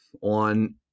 on